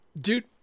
dude